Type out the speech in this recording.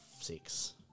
six